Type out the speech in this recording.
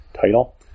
title